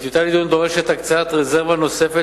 הטיוטה לדיון דורשת הקצאת רזרבה נוספת